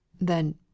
Then